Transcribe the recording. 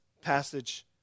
passage